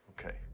Okay